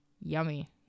Yummy